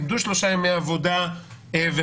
איבדו שלושה ימי עבודה וכדומה,